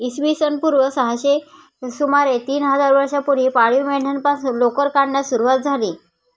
इसवी सन पूर्व सहाशे सुमारे तीन हजार वर्षांपूर्वी पाळीव मेंढ्यांपासून लोकर काढण्यास सुरवात झाली